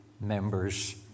members